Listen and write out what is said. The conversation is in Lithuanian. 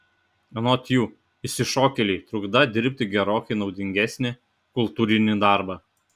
anot jų išsišokėliai trukdą dirbti gerokai naudingesnį kultūrinį darbą